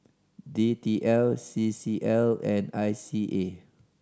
D T L C C L and I C A